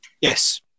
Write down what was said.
Yes